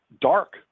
dark